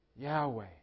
Yahweh